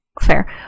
Fair